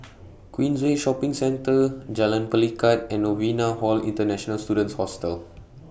Queensway Shopping Centre Jalan Pelikat and Novena Hall International Students Hostel